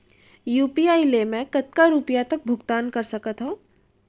UPI ले मैं कतका रुपिया तक भुगतान कर सकथों